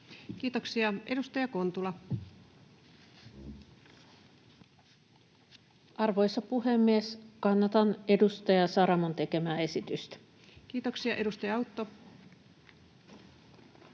Kiitoksia. — Edustaja Kontula. Arvoisa puhemies! Kannatan edustaja Saramon tekemää esitystä. Kiitoksia. — Edustaja Autto.